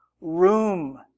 room